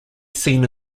seen